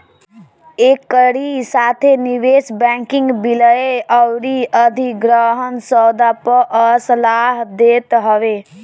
एकरी साथे निवेश बैंकिंग विलय अउरी अधिग्रहण सौदा पअ सलाह देत हवे